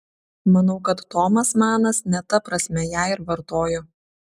manau kad tomas manas ne ta prasme ją ir vartojo